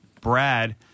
Brad